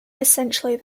essentially